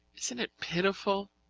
isn't it pitiful?